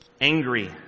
angry